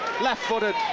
left-footed